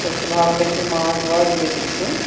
تہٕ فلحال گَژھ یہِ ماز واز یہِ گَژھ نہٕ کھیٚون